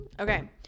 Okay